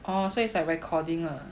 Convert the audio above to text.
oh so it's like recording lah